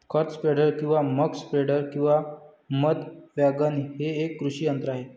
खत स्प्रेडर किंवा muck spreader किंवा मध वॅगन हे एक कृषी यंत्र आहे